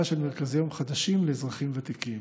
של מרכזי יום חדשים לאזרחים ותיקים.